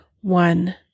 One